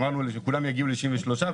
אמרנו שכולם יגיעו ל-63 חודשים,